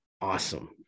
awesome